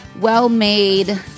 well-made